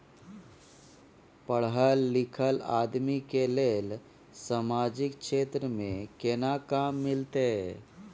पढल लीखल आदमी के लेल सामाजिक क्षेत्र में केना काम मिलते?